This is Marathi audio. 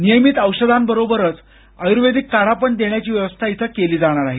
नियमीत औषधांबरोबर आयुर्वेदिक काढा पण देण्याची व्यवस्था करण्यात येणार आहे